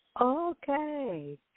Okay